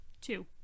two